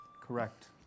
correct